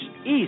east